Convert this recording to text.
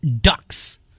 Ducks